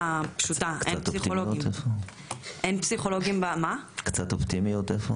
איפה קצת אופטימיות?